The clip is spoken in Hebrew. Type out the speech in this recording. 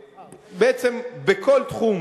בעצם, בכל תחום,